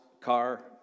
car